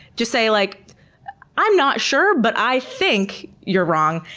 just say, like i'm not sure, but i think you're wrong.